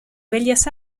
bellas